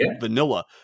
vanilla